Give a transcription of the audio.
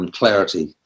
clarity